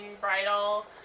bridal